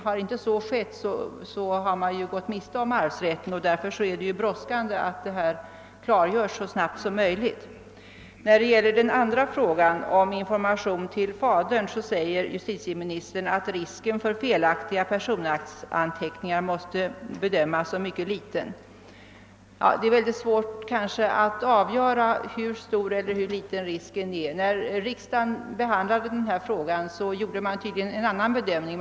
Har så inte skett går man ju miste om arvsrätten, och därför är det angeläget att detta klargörs så snart som möjligt. När det gäller den andra frågan, om information till fadern, säger justitieministern att risken för felaktiga personaktsanteckningar måste bedömas som mycket liten. Ja, det är nog svårt att avgöra hur stor eller hur liten risken är. När riksdagen behandlade frågan gjordes tydligen en annan bedömning.